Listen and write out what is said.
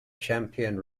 champion